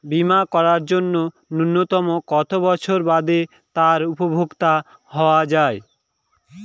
বীমা করার জন্য ন্যুনতম কত বছর বাদে তার উপভোক্তা হওয়া য়ায়?